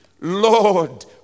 Lord